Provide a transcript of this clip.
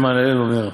"עקביא בן מהללאל אומר,